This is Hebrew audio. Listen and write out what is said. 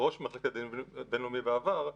כראש מחלקת בין-לאומי בעבר.